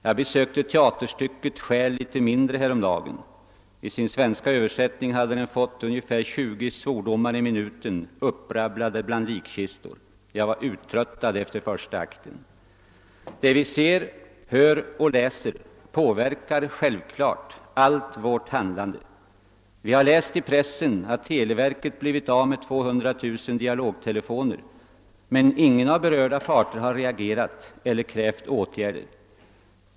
Jag såg häromdagen teaterstycket »Stjäl litet mindre». I sin svenska översättning hade det fått ungefär 20 svordomar i minuten upprabblade bland likkistor. Jag var uttröttad efter första akten. Det vi ser, hör och läser påverkar självklart allt vårt handlande. Vi har läst i pressen att televerket har blivit av med 200 000 dialogtelefoner, men ingen av berörda parter har reagerat eller krävt åtgärder.